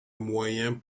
moyen